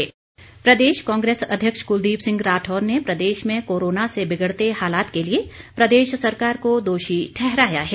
राठौर प्रदेश कांग्रेस अध्यक्ष कुलदीप सिंह राठौर ने प्रदेश में कोरोना से बिगड़ते हालात के लिए प्रदेश सरकार को दोषी ठहराया है